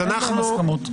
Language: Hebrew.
רק עם הסכמות.